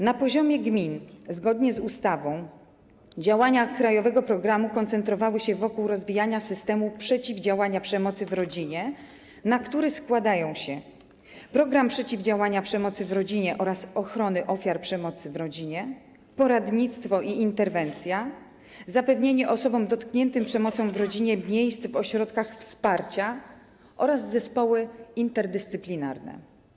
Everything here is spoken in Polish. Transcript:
Na poziomie gmin, zgodnie z ustawą, działania krajowego programu koncentrowały się wokół rozwijania systemu przeciwdziałania przemocy w rodzinie, na który składają się: „Program przeciwdziałania przemocy w rodzinie oraz ochrony ofiar przemocy w rodzinie”, poradnictwo i interwencja, zapewnienie osobom dotkniętym przemocą w rodzinie miejsc w ośrodkach wsparcia oraz zespoły interdyscyplinarne.